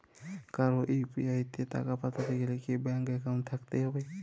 কারো ইউ.পি.আই তে টাকা পাঠাতে গেলে কি ব্যাংক একাউন্ট থাকতেই হবে?